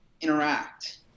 interact